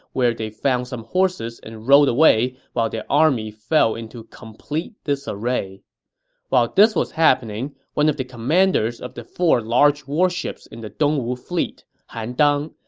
where they found some horses and rode away while their army fell into complete disarray while this was happening, one of the commanders of the four large warships in the dongwu fleet, han dang,